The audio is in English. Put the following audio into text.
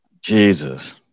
Jesus